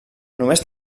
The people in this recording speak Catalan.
només